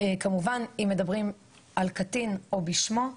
כמובן אם מדברים על קטין או בשמו,